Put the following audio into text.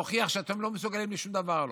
זה רק גורם לכם להוכיח שאתם לא מסוגלים לשום דבר.